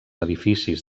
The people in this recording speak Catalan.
edificis